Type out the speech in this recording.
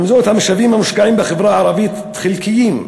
עם זאת, המשאבים המושקעים בחברה הערבית חלקיים,